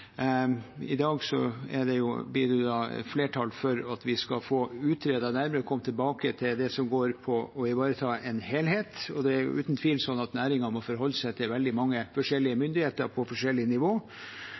I dag blir det flertall for at vi skal få utredet nærmere og komme tilbake til det som går på å ivareta en helhet. Det er jo uten tvil slik at næringen må forholde seg til veldig mange forskjellige